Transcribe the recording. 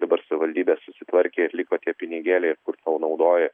dabar savivaldybės susitvarkė ir liko tie pinigėliai ir kur tau naudoja